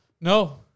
No